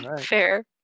Fair